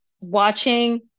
watching